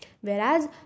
Whereas